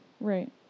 Right